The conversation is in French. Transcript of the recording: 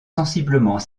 sensiblement